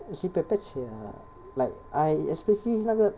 sibeh pek cek 的 like I especially if 是那个